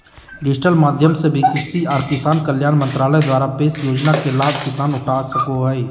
digital माध्यम से भी कृषि आर किसान कल्याण मंत्रालय द्वारा पेश योजना के लाभ किसान उठा सको हय